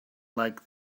like